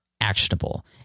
actionable